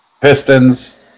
Pistons